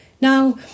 Now